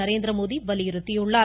நரேந்திரமோடி வலியுறுத்தியுள்ளார்